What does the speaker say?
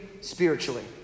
spiritually